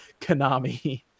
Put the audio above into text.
Konami